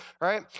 right